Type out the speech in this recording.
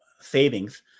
savings